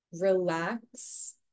relax